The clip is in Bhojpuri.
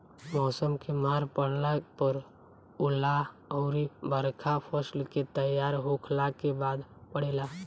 मौसम के मार पड़ला पर ओला अउर बरखा फसल के तैयार होखला के बाद पड़ेला